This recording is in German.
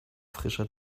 frischer